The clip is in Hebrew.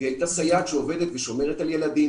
היא הייתה סייעת שעובדת ושומרת על ילדים.